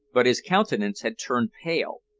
but his countenance had turned pale,